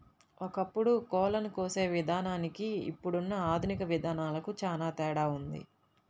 ఒకప్పుడు కోళ్ళను కోసే విధానానికి ఇప్పుడున్న ఆధునిక విధానాలకు చానా తేడా ఉంది